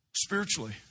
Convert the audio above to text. Spiritually